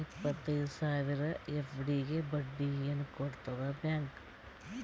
ಇಪ್ಪತ್ತೈದು ಸಾವಿರ ಎಫ್.ಡಿ ಗೆ ಬಡ್ಡಿ ಏನ ಕೊಡತದ ಬ್ಯಾಂಕ್?